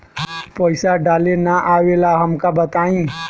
पईसा डाले ना आवेला हमका बताई?